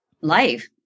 life